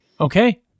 Okay